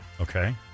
Okay